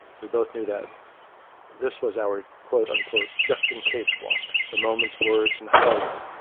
we both knew that this was our quote unquote, just in case walk the moments, words, and hugs,